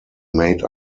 made